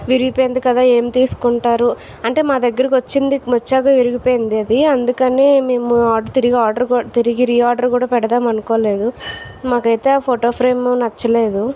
విరిగిపోయింది కదా ఏం తీసుకుంటారు అంటే మా దగ్గరకు వచ్చింది వచ్చాక విరిగిపోయింది అది అందుకనే మేము ఆర్డర్ తిరిగి రిఆర్డర్ కూడా పెడదాం అనుకోలేదు మాకు అయితే ఆ ఫోటో ఫ్రేమ్ నచ్చలేదు